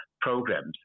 programs